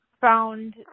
found